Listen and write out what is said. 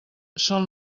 són